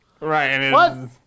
Right